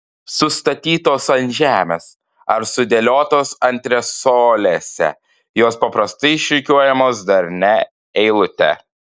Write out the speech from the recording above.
sustatytos ant žemės ar sudėliotos antresolėse jos paprastai išrikiuojamos darnia eilute